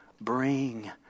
bring